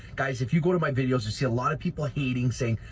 guys, if you go to my videos, you see a lot of people hating saying,